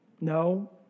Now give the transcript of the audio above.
No